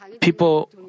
People